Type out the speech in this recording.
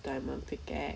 diamond picket